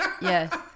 yes